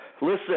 Listen